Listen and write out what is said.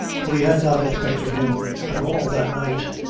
for he had not expected him at all that night.